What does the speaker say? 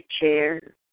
chair